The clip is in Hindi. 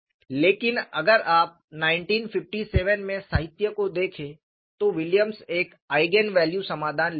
लेकिन अगर आप 1957 में साहित्य को देखें तो विलियम्स एक आईगेन वैल्यू समाधान लेकर आए